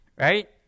Right